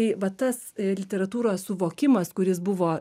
tai va tas literatūros suvokimas kuris buvo